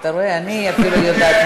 אתה רואה, אני אפילו יודעת